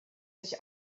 sich